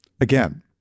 again